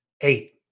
Eight